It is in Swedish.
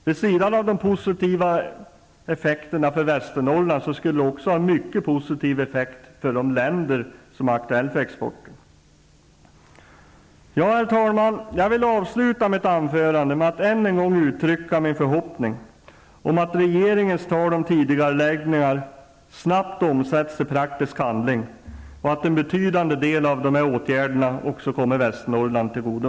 Vid sidan av de positiva effekterna för Västernorrland skulle det också ha en mycket positiv effekt för de länder som är aktuella för exporten. Herr talman! Jag vill avsluta mitt anförande med att än en gång uttrycka min förhoppning om att regeringens tal om tidigareläggningar snabbt omsätts i praktisk handling och att en betydande del av dessa åtgärder kommer Västernorrland till godo.